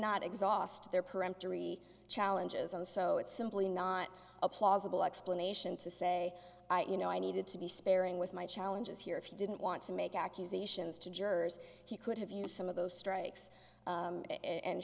not exhaust their peremptory challenges and so it's simply not a plausible explanation to say you know i needed to be sparing with my challenges here if you didn't want to make accusations to jurors he could have used some of those strikes and